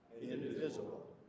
indivisible